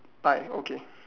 thigh okay